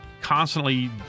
constantly